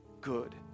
good